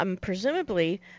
presumably